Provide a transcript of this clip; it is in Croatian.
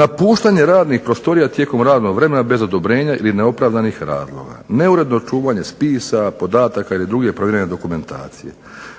napuštanje radnih prostorija tijekom radnog vremena bez odobrenja ili neopravdanih razloga, neuredno čuvanje spisa, podataka ili druge provjerene dokumentacije,